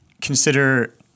consider